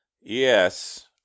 Yes